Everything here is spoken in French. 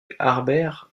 harbert